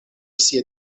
sia